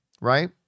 right